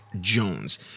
Jones